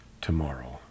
tomorrow